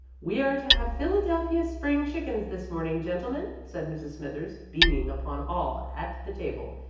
we are to have philadelphia spring chickens this morning, gentlemen, said mrs. smithers, beaming upon all at the table.